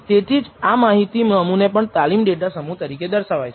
તેથી જ આ માહિતી સમૂહને પણ તાલીમ ડેટા સમૂહ તરીકે દર્શાવાય છે